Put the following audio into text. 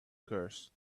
curse